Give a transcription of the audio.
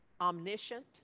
omniscient